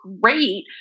great